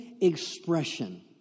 expression